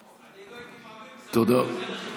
אני לא הייתי מעביר כספים, תודה רבה.